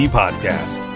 podcast